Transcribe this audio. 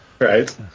Right